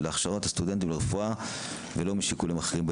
הכשרת הסטודנטים לרפואה ולא משיקולים אחרים.